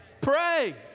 Pray